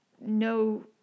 no